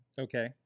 Okay